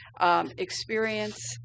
experience